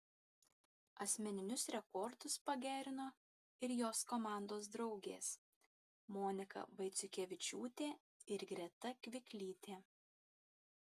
asmeninius rekordus pagerino ir jos komandos draugės monika vaiciukevičiūtė ir greta kviklytė